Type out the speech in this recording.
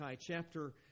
chapter